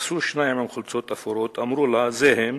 תפסו שניים עם חולצות אפורות, אמרו לה: זה הם?